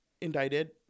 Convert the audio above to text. indicted